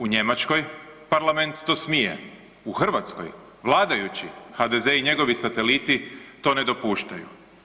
U Njemačkoj Parlament to smije, u Hrvatskoj vladajući i njegovi sateliti to ne dopuštaju.